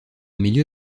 milieu